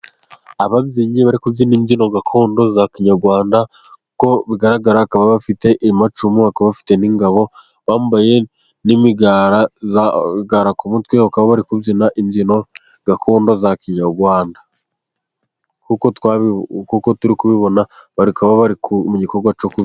Ababyinnyi bari kubyina imbyino gakondo za kinyarwanda, kuko bigaragara bakaba bafite amacumu, bakaba bafite n'ingabo, bambaye n'imigara ku mutwe, bari kubyina imbyino gakondo za kinyarwanda. Nkuko turi kubibona bari kuba bari mu gikorwa cyo...